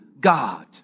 God